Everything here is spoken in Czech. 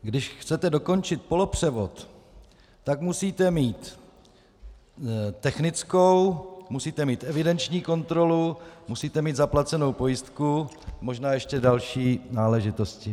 Když chcete dokončit polopřevod, tak musíte mít technickou, musíte mít evidenční kontrolu, musíme mít zaplacenou pojistku a možná ještě další náležitosti.